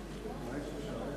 הכנסת,